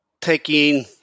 taking